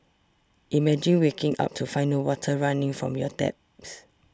imagine waking up to find no water running from your taps